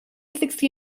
sixty